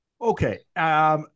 Okay